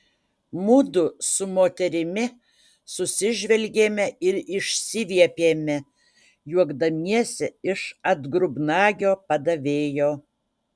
mudu su moterimi susižvelgėme ir išsiviepėme juokdamiesi iš atgrubnagio padavėjo